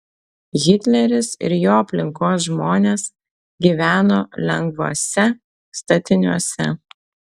hitleris ir jo aplinkos žmonės gyveno lengvuose statiniuose